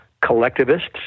collectivists